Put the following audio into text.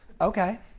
okay